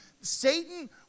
Satan